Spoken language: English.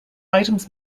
items